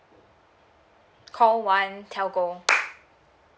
call one telco